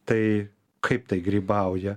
tai kaip tai grybauja